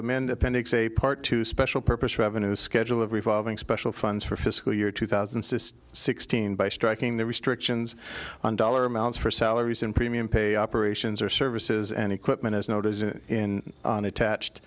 amend appendix a part two special purpose revenue schedule of revolving special funds for fiscal year two thousand and sixteen by striking the restrictions on dollar amounts for salaries in premium pay operations or services and equipment as noted in on attached